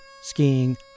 skiing